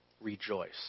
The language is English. rejoice